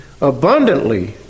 abundantly